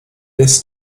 this